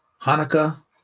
Hanukkah